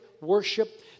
worship